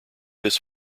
this